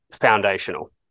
foundational